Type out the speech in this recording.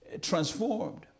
transformed